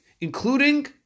including